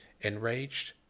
Enraged